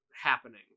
Happening